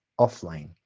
offline